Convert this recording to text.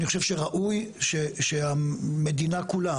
אני חושב שראוי שהמדינה כולה,